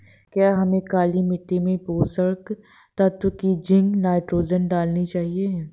क्या हमें काली मिट्टी में पोषक तत्व की जिंक नाइट्रोजन डालनी चाहिए?